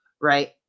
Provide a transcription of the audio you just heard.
right